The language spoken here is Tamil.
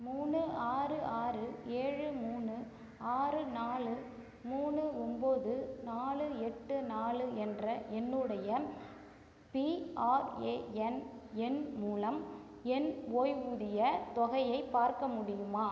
மூணு ஆறு ஆறு ஏழு மூணு ஆறு நாலு மூணு ஒம்போது நாலு எட்டு நாலு என்ற என்னுடைய பிஆர்ஏஎன் எண் மூலம் என் ஓய்வூதியத் தொகையை பார்க்க முடியுமா